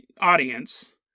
audience